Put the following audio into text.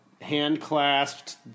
hand-clasped